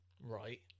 Right